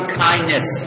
kindness